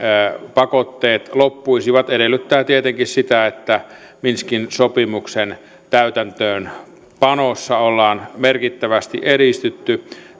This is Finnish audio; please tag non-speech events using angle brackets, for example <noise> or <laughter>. pakotteet loppuisivat edellyttää tietenkin sitä että minskin sopimuksen täytäntöönpanossa ollaan merkittävästi edistytty <unintelligible>